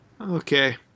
Okay